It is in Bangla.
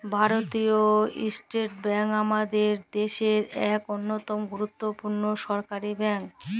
ভারতীয় ইস্টেট ব্যাংক আমাদের দ্যাশের ইক অল্যতম গুরুত্তপুর্ল সরকারি ব্যাংক